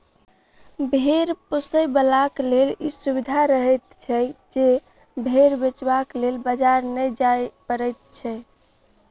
भेंड़ पोसयबलाक लेल ई सुविधा रहैत छै जे भेंड़ बेचबाक लेल बाजार नै जाय पड़ैत छै